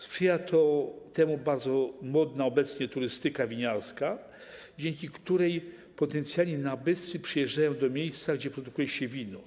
Sprzyja temu bardzo modna obecnie turystyka winiarska, dzięki której potencjalni nabywcy przyjeżdżają do miejsca, gdzie produkuje się wino.